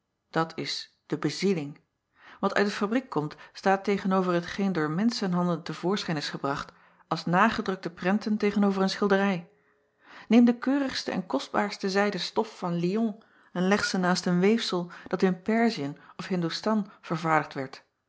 dat is de bezieling at uit de fabriek komt staat tegen-over hetgeen door menschenhanden te voorschijn is gebracht als nagedrukte prenten tegen-over een schilderij eem de keurigste en kostbaarste zijden stof van yon en leg ze naast een weefsel dat in ersiën of indostan vervaardigd werd